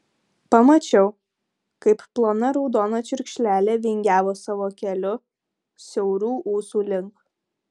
pamačiau kaip plona raudona čiurkšlelė vingiavo savo keliu siaurų ūsų link